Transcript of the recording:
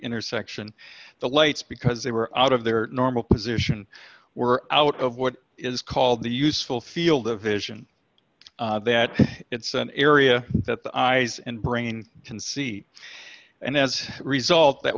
intersection the lights because they were out of their normal position were out of what is called the useful field of vision that it's an area that the eyes and brain can see and as a result that